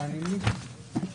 רכזת תחום הביטחון באגף